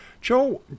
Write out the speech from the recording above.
Joe